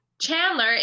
Chandler